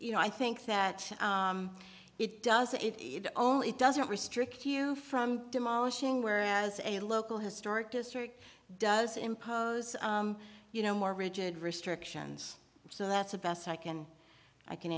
you know i think that it does it all it doesn't restrict you from demolishing whereas a local historic district does impose you know more rigid restrictions so that's the best i can i can